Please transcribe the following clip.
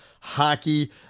hockey